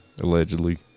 Allegedly